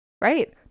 right